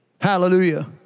Hallelujah